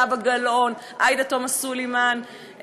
זהבה גלאון,